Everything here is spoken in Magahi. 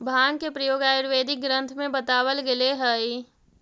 भाँग के प्रयोग आयुर्वेदिक ग्रन्थ में बतावल गेलेऽ हई